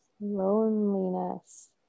loneliness